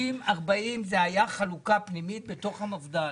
60-40 זה היה חלוקה פנימית בתוך המפד"ל,